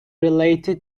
related